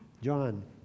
John